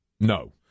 No